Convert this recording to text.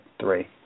three